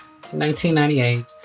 1998